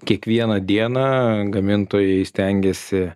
kiekvieną dieną gamintojai stengiasi